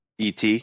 ET